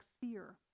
fear